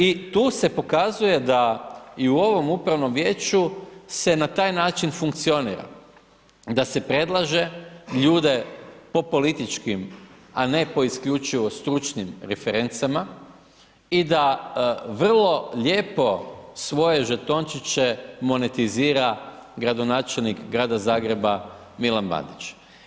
I tu se pokazuje da i u ovom Upravnom vijeću se na taj način funkcionira, da se predlaže ljude po političkim, a ne isključivo stručnim referencama i da vrlo lijepo svoje žetončiće monetizira gradonačelnik Grada Zagreba Milan Bandić.